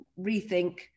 rethink